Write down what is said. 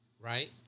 right